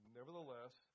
Nevertheless